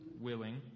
willing